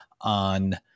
on